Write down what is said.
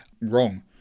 Wrong